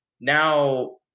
now